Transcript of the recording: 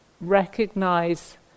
recognize